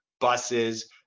buses